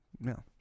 no